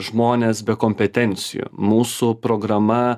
žmonės be kompetencijų mūsų programa